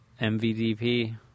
MVDP